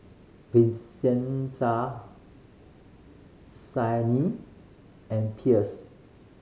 Vincenza and Pierce